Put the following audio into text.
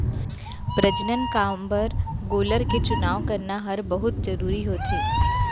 प्रजनन काम बर गोलर के चुनाव करना हर बहुत जरूरी होथे